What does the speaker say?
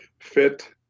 fit